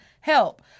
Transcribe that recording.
Help